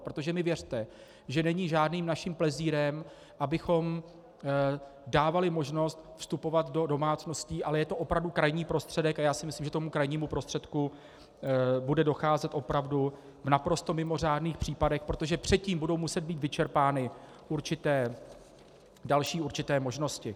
Protože mi věřte, že není žádným naším plezírem, abychom dávali možnost vstupovat do domácností, ale je to opravdu krajní prostředek, a já si myslím, že k tomu krajnímu prostředku bude docházet opravdu v naprosto mimořádných případech, protože předtím budou muset být vyčerpány další určité možnosti.